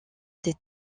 des